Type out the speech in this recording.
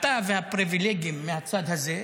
אתה והפריבילגים מהצד הזה,